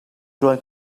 ṭuan